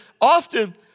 often